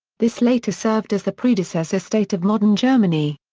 this later served as the predecessor-state of modern germany.